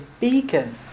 beacon